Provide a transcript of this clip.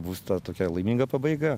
bus ta tokia laiminga pabaiga